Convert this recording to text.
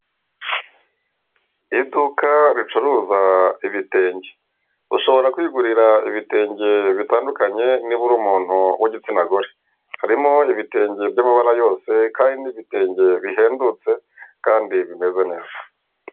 Iduka ricuruza ibitenge ushobora kwigurira ibitenge bitandukanye niba uri umuntu w'igitsina gore, harimo ibitenge by'amabara yose kandi ni ibitenge bihendutse kandi bimeze neza.